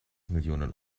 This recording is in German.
millionen